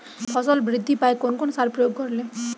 ফসল বৃদ্ধি পায় কোন কোন সার প্রয়োগ করলে?